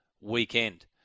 weekend